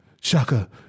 Shaka